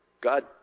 God